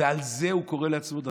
ועל זה הוא קורא לעצמו דתי?